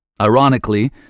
Ironically